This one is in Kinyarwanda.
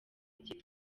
igihe